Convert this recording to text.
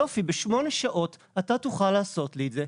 יופי, בשמונה שעות אתה תוכל לעשות לי את זה.